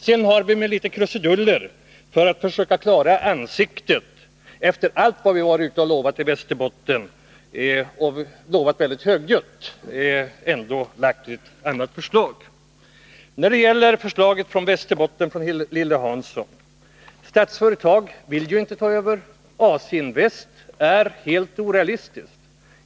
Sedan har vi gjort litet krusiduller och ändå lagt fram ett nytt förslag för att försöka rädda ansiktet efter allt vad vi varit ute och högljutt lovat i Västerbotten. När det gäller förslaget från Västerbotten, som förts fram av Lilly Hansson, är det ju så att Statsföretag inte vill ta över. AC-Invest är något helt orealistiskt.